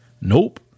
Nope